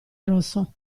rosso